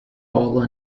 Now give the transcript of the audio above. all